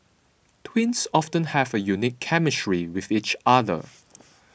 twins often have a unique chemistry with each other